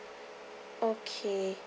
okay